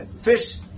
Fish